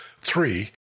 Three